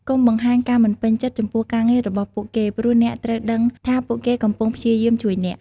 កុំបង្ហាញការមិនពេញចិត្ត ចំពោះការងាររបស់ពួកគេ ព្រោះអ្នកត្រូវដឹងថាពួកគេកំពុងព្យាយាមជួយអ្នក។